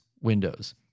Windows